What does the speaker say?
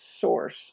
source